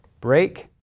break